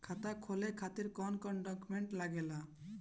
खाता खोले खातिर कौन कौन डॉक्यूमेंट लागेला?